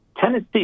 Tennessee